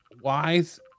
wise